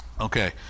Okay